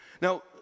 Now